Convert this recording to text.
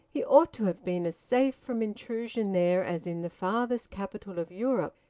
he ought to have been as safe from intrusion there as in the farthest capital of europe.